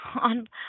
on